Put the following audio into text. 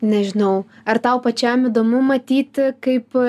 nežinau ar tau pačiam įdomu matyti kaip